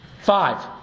Five